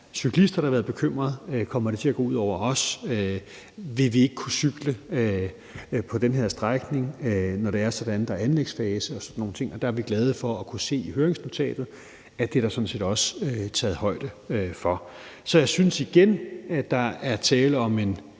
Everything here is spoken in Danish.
cyklister, der har været bekymret for, om det kommer til at gå ud over dem, og for, om de ikke vil kunne cykle på den her strækning, når det er sådan, at der er en anlægsfase og sådan nogle ting. Og der er vi glade for at kunne se i høringsnotatet, at det er der sådan set også taget højde for. Så igen synes jeg, at der er tale om en